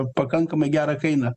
pakankamai gerą kainą